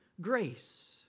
grace